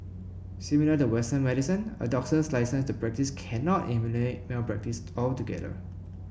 similar to Western medicine a doctor's licence to practise cannot eliminate malpractice altogether